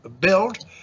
build